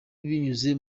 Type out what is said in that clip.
binyuze